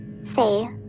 say